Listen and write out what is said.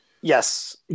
Yes